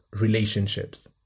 relationships